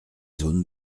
zones